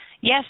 Yes